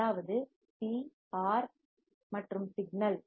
அதாவது C R மற்றும் signal